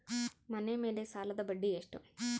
ಮನೆ ಮೇಲೆ ಸಾಲದ ಬಡ್ಡಿ ಎಷ್ಟು?